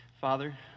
Father